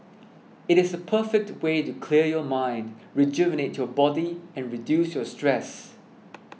it is the perfect way to clear your mind rejuvenate your body and reduce your stress